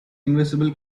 invisible